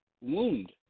wound